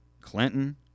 Clinton